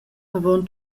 avon